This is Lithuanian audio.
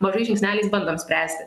mažais žingsneliais bandom spręsti